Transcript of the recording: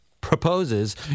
proposes